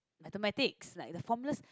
Mathematics like the formulas